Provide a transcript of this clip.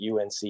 UNC